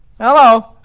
Hello